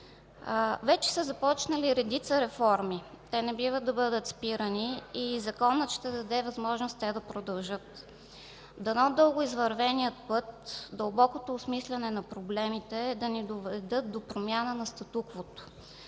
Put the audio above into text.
Вече са започнали редица реформи. Те не бива да бъдат спирани и Законът ще даде възможност те да продължат. Дано дълго извървеният път, дълбокото осмисляне на проблемите да ни доведат до промяна на статуквото,